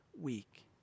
week